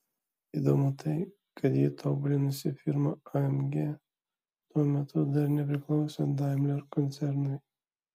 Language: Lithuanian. įdomu tai kad jį tobulinusi firma amg tuo metu dar nepriklausė daimler koncernui